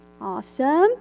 Awesome